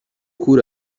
کور